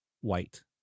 white